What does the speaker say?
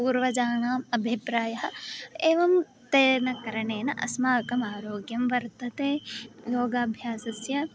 पूर्वजानाम् अभिप्रायः एवं तेन करणेन अस्माकम् आरोग्यं वर्धते योगाभ्यासस्य